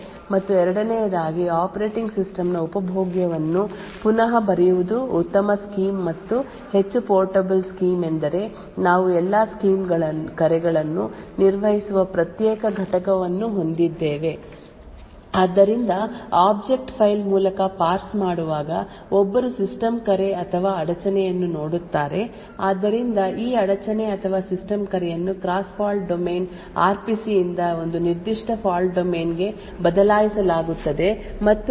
ಆದಾಗ್ಯೂ ಇದರೊಂದಿಗೆ ಎರಡು ಸಮಸ್ಯೆಗಳಿವೆ ಇದು ಸಂಪೂರ್ಣ ಸ್ಕೀಮ್ ಅನ್ನು ಪೋರ್ಟಬಲ್ ಅಲ್ಲದ ಸ್ಥಿತಿಗೆ ತರುತ್ತದೆ ಮತ್ತು ಎರಡನೆಯದಾಗಿ ಆಪರೇಟಿಂಗ್ ಸಿಸ್ಟಂನ ಉಪಭೋಗ್ಯವನ್ನು ಪುನಃ ಬರೆಯುವುದು ಉತ್ತಮ ಸ್ಕೀಮ್ ಮತ್ತು ಹೆಚ್ಚು ಪೋರ್ಟಬಲ್ ಸ್ಕೀಮ್ ಎಂದರೆ ನಾವು ಎಲ್ಲಾ ಸಿಸ್ಟಮ್ ಕರೆಗಳನ್ನು ನಿರ್ವಹಿಸುವ ಪ್ರತ್ಯೇಕ ಘಟಕವನ್ನು ಹೊಂದಿದ್ದೇವೆ ಆದ್ದರಿಂದ ಆಬ್ಜೆಕ್ಟ್ ಫೈಲ್ ಮೂಲಕ ಪಾರ್ಸ್ ಮಾಡುವಾಗ ಒಬ್ಬರು ಸಿಸ್ಟಮ್ ಕರೆ ಅಥವಾ ಅಡಚಣೆಯನ್ನು ನೋಡುತ್ತಾರೆ ಆದ್ದರಿಂದ ಈ ಅಡಚಣೆ ಅಥವಾ ಸಿಸ್ಟಮ್ ಕರೆಯನ್ನು cross fault domain R P C ಯಿಂದ ಒಂದು ನಿರ್ದಿಷ್ಟ ಫಾಲ್ಟ್ ಡೊಮೇನ್ಗೆ ಬದಲಾಯಿಸಲಾಗುತ್ತದೆ ಮತ್ತು ಇದು ಸಿಸ್ಟಮ್ ಕರೆಗಳನ್ನು ನಿರ್ವಹಿಸುತ್ತದೆ